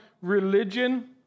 religion